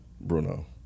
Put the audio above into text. Bruno